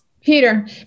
Peter